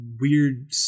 weird